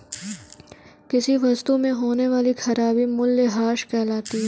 किसी वस्तु में होने वाली खराबी मूल्यह्रास कहलाती है